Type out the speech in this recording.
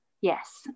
yes